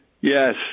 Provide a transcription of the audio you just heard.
Yes